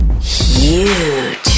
Huge